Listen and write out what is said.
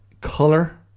color